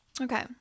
okay